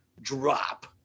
drop